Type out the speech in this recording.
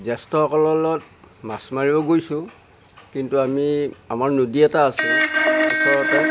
জ্যেষ্ঠসকলৰ লগত মাছ মাৰিব গৈছোঁ কিন্তু আমি আমাৰ নদী এটা আছে ওচৰতে